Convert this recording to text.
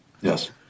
Yes